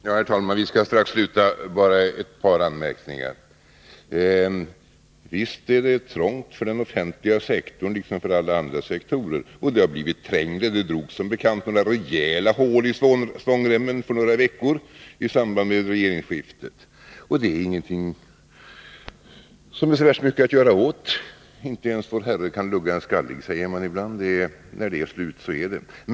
Herr talman! Vi skall strax sluta, men jag vill bara göra ett par ytterligare anmärkningar. Visst är det trångt för den offentliga sektorn, liksom för alla andra sektorer. Och det har blivit trängre. Svångremmen drogs som bekant åt med några rejäla hål för några veckor sedan i samband med regeringsskiftet. Det är ingenting som det är så värst mycket att göra åt — inte ens vår Herre kan lugga en skallig, säger man ibland. När det är slut så är det.